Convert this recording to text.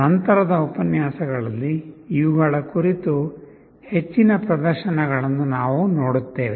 ನಂತರದ ಉಪನ್ಯಾಸಗಳಲ್ಲಿ ಇವುಗಳ ಕುರಿತು ಹೆಚ್ಚಿನ ಪ್ರದರ್ಶನಗಳನ್ನು ನಾವು ನೋಡುತ್ತೇವೆ